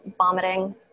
vomiting